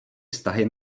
vztahy